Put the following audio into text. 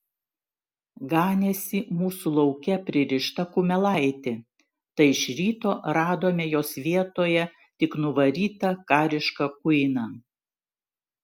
ganėsi mūsų lauke pririšta kumelaitė tai iš ryto radome jos vietoje tik nuvarytą karišką kuiną